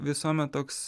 visuomet toks